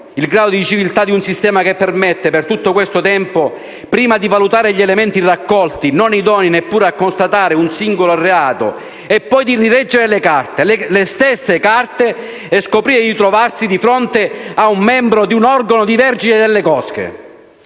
il grado di civiltà di un sistema che permette, per tutto questo tempo, prima di valutare gli elementi raccolti non idonei neppure a contestare un singolo reato e, poi, di "rileggere" le carte, le stesse carte, e scoprire di trovarsi di fronte ad un membro di un organo di vertice delle cosche.